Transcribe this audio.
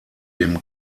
dem